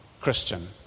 Christian